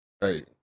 Hey